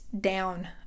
down